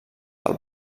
del